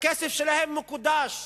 הכסף שלהם מקודש.